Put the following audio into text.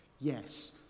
Yes